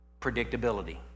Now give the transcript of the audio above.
predictability